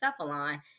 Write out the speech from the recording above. Cephalon